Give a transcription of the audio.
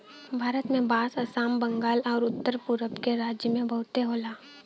भारत में बांस आसाम, बंगाल आउर उत्तर पुरब के राज्य में बहुते होला